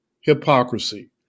hypocrisy